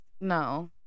No